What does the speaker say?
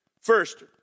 First